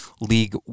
league